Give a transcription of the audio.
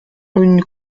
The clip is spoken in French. une